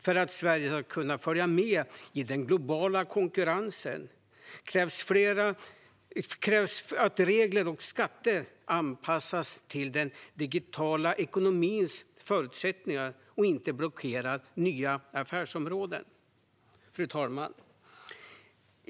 För att Sverige ska kunna följa med i den globala konkurrensen krävs det att regler och skatter anpassas till den digitala ekonomins förutsättningar och att de inte blockerar nya affärsområden.